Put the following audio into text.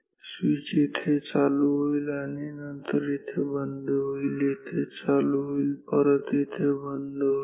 switch इथे चालू होईल आणि नंतर इथे बंद होईल इथे चालू होईल आणि परत इथे बंद होईल